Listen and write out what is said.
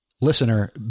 listener